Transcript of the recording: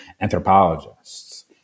anthropologists